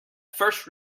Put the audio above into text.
first